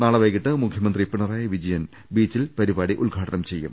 നാളെ വൈകീട്ട് മുഖ്യമന്ത്രി പിണറായി വിജയൻ ബീച്ചിൽ പരിപാടി ഉദ്ഘാടനം ചെയ്യും